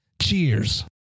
Cheers